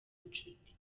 inshuti